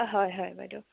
অঁ হয় হয় বাইদেউ